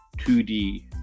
2D